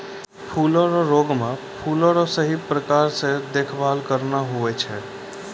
फूलो रो रोग मे फूलो रो सही प्रकार से देखभाल करना हुवै छै